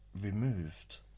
removed